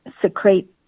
secrete